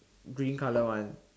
green colour one